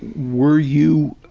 were you,